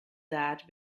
that